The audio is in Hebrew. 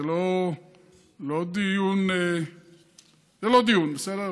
זה לא דיון, בסדר?